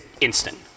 instant